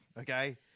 Okay